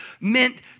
meant